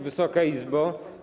Wysoka Izbo!